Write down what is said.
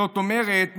זאת אומרת,